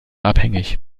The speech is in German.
abhängig